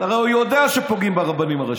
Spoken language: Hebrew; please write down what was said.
הרי הוא יודע שפוגעים ברבנים הראשיים.